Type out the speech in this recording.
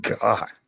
God